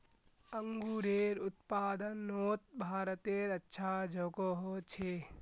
अन्गूरेर उत्पादनोत भारतेर अच्छा जोगोह छे